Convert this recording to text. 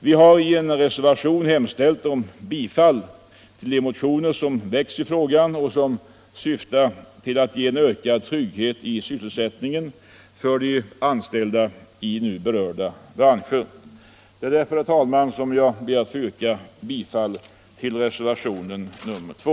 Vi har i en reservation hemställt om bifall till de motioner som har väckts i frågan och som syftar till att ge ökad trygghet i sysselsättningen för de anställda i nu berörda branscher. Herr talman! Det är därför som jag yrkar bifall till reservationen 2.